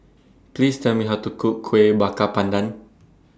Please Tell Me How to Cook Kueh Bakar Pandan